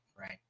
right